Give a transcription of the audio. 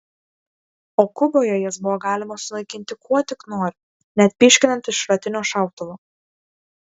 o kuboje jas buvo galima sunaikinti kuo tik nori net pyškinant iš šratinio šautuvo